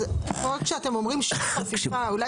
אז כשאתם אומרים שיעור חפיפה אולי